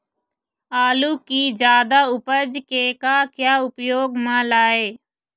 आलू कि जादा उपज के का क्या उपयोग म लाए?